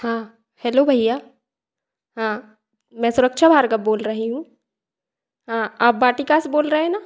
हाँ हेलो भैया हाँ मैं सुरक्षा भार्गव बोल रही हूँ हाँ आप वाटिका से बोल रहे हैं ना